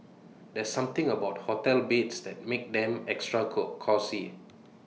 there's something about hotel beds that makes them extra co cosy